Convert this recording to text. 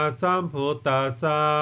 samputasa